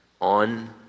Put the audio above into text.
on